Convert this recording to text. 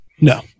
No